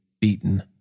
beaten